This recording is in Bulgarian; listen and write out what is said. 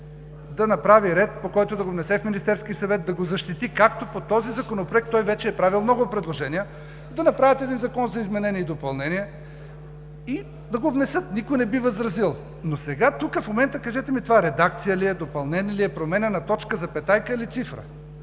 да направи ред, по който да го внесе в Министерския съвет, да го защити, както по този Законопроект той вече е правил много предложения, да направят един Закон за изменение и допълнение и да го внесат. Никой не би възразил. Но сега тук, в момента, кажете ми – това редакция ли е, допълнение ли е, промяна на точка, запетайка или цифра?